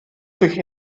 sich